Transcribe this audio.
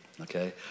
Okay